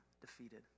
defeated